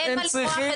אין מה למרוח את זה.